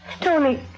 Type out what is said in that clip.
Tony